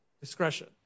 discretion